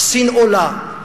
סין עולה,